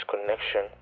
connection